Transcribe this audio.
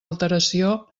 alteració